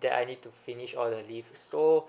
that I need to finish all the leave so